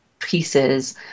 pieces